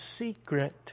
secret